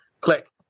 Click